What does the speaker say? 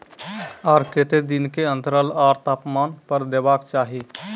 आर केते दिन के अन्तराल आर तापमान पर देबाक चाही?